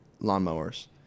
lawnmowers